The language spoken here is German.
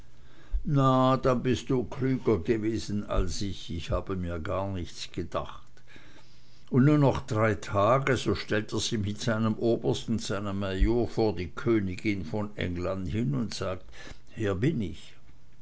na dann bist du klüger gewesen als ich ich habe mir gar nichts gedacht und nu noch drei tage so stellt er sich mit seinem oberst und seinem major vor die königin von england hin und sagt hier bin ich